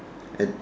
and